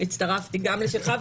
הצטרפתי גם לשלך,